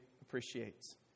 appreciates